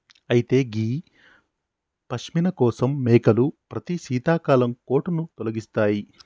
అయితే గీ పష్మిన కోసం మేకలు ప్రతి శీతాకాలం కోటును తొలగిస్తాయి